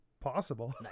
possible